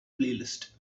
playlist